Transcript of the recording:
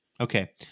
Okay